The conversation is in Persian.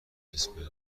اسپرم